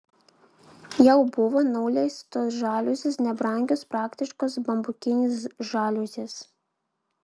jau buvo nuleistos žaliuzės nebrangios praktiškos bambukinės žaliuzės